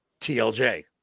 TLJ